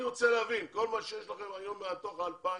אני רוצה להבין, כל מה שיש לכם היום מתוך ה-2,000,